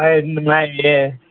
ꯍꯣꯏ ꯅꯨꯡꯉꯥꯏꯔꯤꯌꯦ